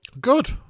Good